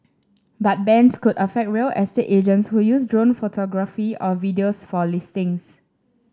but bans could affect real estate agents who use drone photography or videos for listings